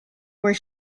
where